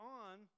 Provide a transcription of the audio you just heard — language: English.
on